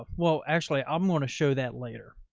ah well, actually, i'm going to show that later.